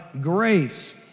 grace